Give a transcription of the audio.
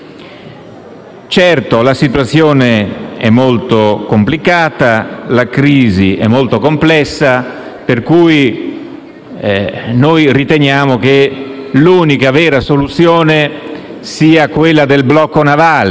Certo, la situazione è molto complicata e la crisi è molto complessa, per cui riteniamo che l'unica vera soluzione sia quella del blocco navale.